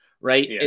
right